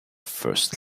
first